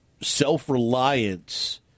self-reliance